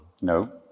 No